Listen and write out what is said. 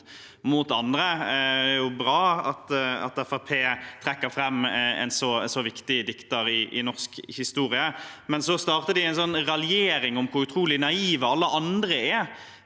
mot andre. Det er bra at Fremskrittspartiet trekker fram en så viktig dikter i norsk historie, men så starter de en raljering over hvor utrolig naive alle andre er,